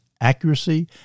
accuracy